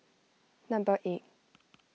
number eight